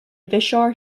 vishal